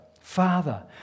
Father